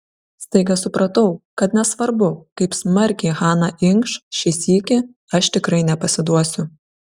staiga supratau kad nesvarbu kaip smarkiai hana inkš šį sykį aš tikrai nepasiduosiu